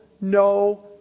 no